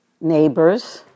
neighbors